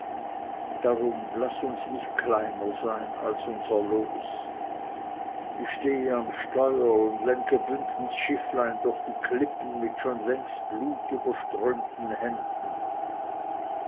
darum laß uns nicht kleiner sein als unser los ich stehe am steuer und lenke bündens schifflein durch die klippen mit schon längst blutüberströmten händen